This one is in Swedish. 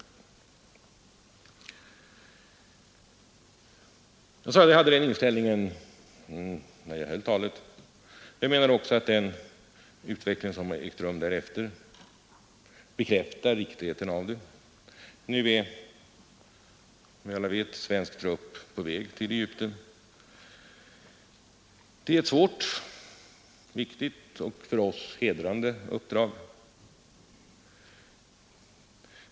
Jag sade att jag hade den inställningen när jag höll talet. Jag menar också att den utveckling som har ägt rum därefter bekräftar riktigheten av den. Nu är, som alla vet, svensk trupp på väg till Egypten. Det är ett svårt, viktigt och för oss hedrande uppdrag.